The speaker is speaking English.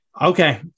Okay